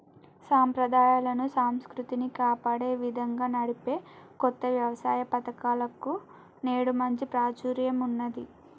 సంప్రదాయాలను, సంస్కృతిని కాపాడే విధంగా నడిపే కొత్త వ్యవస్తాపకతలకు నేడు మంచి ప్రాచుర్యం ఉన్నది